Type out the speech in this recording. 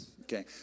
okay